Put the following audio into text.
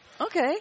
Okay